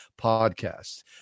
podcast